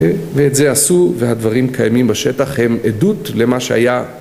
ואת זה עשו והדברים קיימים בשטח הם עדות למה שהיה